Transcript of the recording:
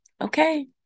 Okay